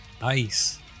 Nice